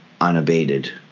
unabated